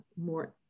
more